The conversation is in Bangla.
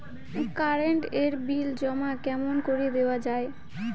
কারেন্ট এর বিল জমা কেমন করি দেওয়া যায়?